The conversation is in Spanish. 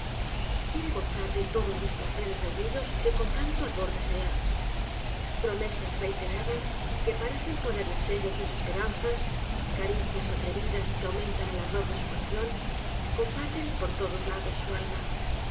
quiere gozar de todos los placeres reunidos que con tanto ardor desea promesas reiteradas que parecen poner el sello á sus esperanzas caricias atrevidas que aumentan el ardor de su pasión combaten por todos lados su alma